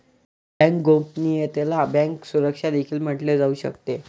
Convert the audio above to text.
bank गोपनीयतेला bank सुरक्षा देखील म्हटले जाऊ शकते